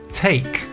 take